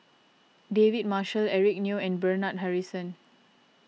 David Marshall Eric Neo and Bernard Harrison